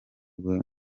rwe